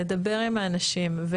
לדבר עם האנשים,